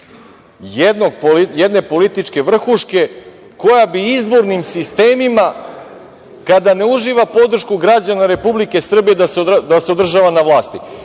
jedne političke vrhuške koja bi izbornim sistemima, kada ne uživa podršku građana Republike Srbije, da se održava na vlasti,